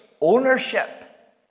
ownership